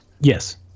Yes